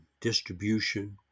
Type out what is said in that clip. distribution